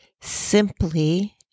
simply